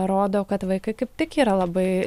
rodo kad vaikai kaip tik yra labai